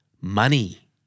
Money